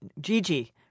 Gigi